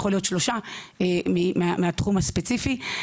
יכול להיות שלושה מהתחום הספציפי.